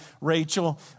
Rachel